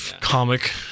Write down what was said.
comic